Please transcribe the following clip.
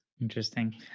Interesting